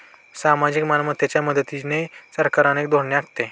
सार्वजनिक मालमत्तेच्या मदतीने सरकार अनेक धोरणे आखते